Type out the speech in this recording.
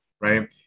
right